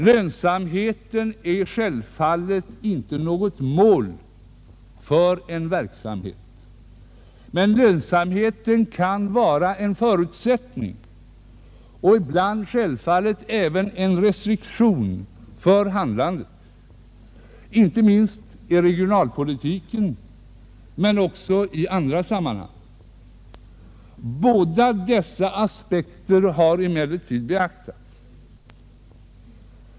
Lönsamheten är självfallet inte något mål för en verksamhet, men lönsamheten kan vara en förutsättning och ibland självfallet även ha en restriktiv inverkan på handlandet inte bara i regionalpolitiken utan också i andra sammanhang. Båda dessa aspekter har emellertid beaktats.